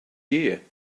year